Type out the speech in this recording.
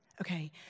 Okay